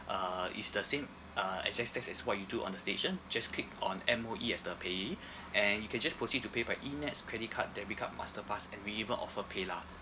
uh it's the same uh exact steps as what you do on the station just click on M_O_E as the payee and you can just proceed to pay by E NETS credit card debit card masterpass and we even offer paylah